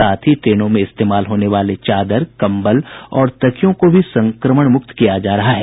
साथ ही ट्रेनों में इस्तेमाल होने वाले चादर कम्बल और तकियों को भी संक्रमण मुक्त किया जा रहा है